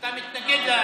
מתנגד,